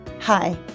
Hi